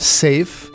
safe